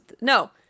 No